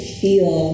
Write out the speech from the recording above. feel